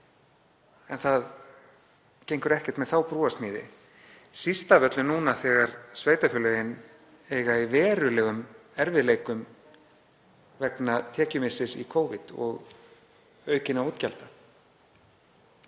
En það gengur ekkert með þá brúarsmíði, síst af öllu núna þegar sveitarfélögin eiga í verulegum erfiðleikum vegna tekjumissis í Covid og aukinna útgjalda.